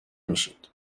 میشید